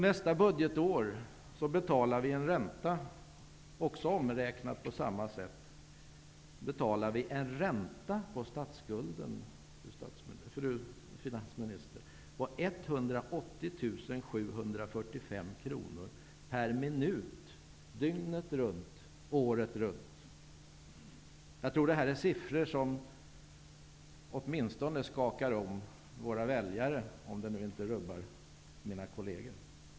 Nästa budgetår betalar vi en ränta -- omräknad på samma sätt -- på statsskulden, fru finansminister, som uppgår till 180 745 kr per minut, dygnet runt, året runt. Jag tror att det här är siffror som åtminstone skakar om våra väljare, om det nu inte rubbar mina kolleger.